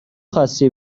خاستی